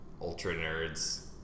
ultra-nerds